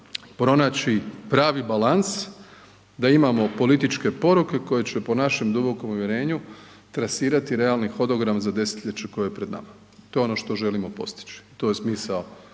pronaći pravi balans da imamo političke poruke koje će po našem dubokom uvjerenju, trasirati realni hodogram za desetljeće koje je pred nama. To je ono što želimo postići. To je smisao